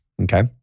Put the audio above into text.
Okay